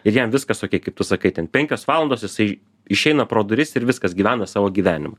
ir jam viskas okei kaip tu sakai ten penkios valandos jisai išeina pro duris ir viskas gyvena savo gyvenimą